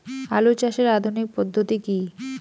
আলু চাষের আধুনিক পদ্ধতি কি?